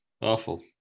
awful